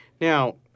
Now